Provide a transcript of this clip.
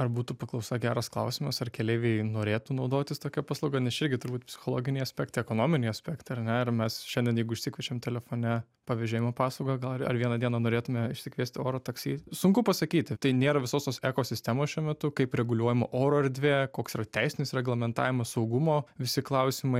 ar būtų paklausa geras klausimas ar keleiviai norėtų naudotis tokia paslauga nes čia irgi turbūt psichologiniai aspektai ekonominiai aspektai ar ne ir mes šiandien jeigu užsikuičiam telefone pavėžėjimo paslaugą gal ar vieną dieną norėtume išsikviesti oro taksi sunku pasakyti tai nėra visos tos ekosistemos šiuo metu kaip reguliuojama oro erdvė koks yra teisinis reglamentavimas saugumo visi klausimai